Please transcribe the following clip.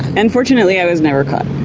and fortunately i was never caught.